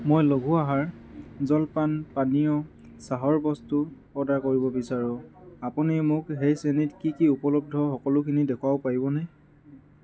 মই লঘু আহাৰ জলপান পানীয় চাহৰ বস্তু অৰ্ডাৰ কৰিব বিচাৰোঁ আপুনি মোক সেই শ্ৰেণীত কি কি উপলব্ধ সকলোখিনি দেখুৱাব পাৰিবনে